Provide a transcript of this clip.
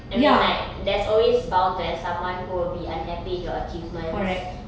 I mean like there's always bound to have someone who will be unhappy with your achievements